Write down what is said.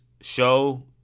show